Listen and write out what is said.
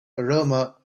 aroma